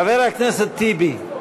חבר הכנסת טיבי,